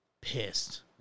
Pissed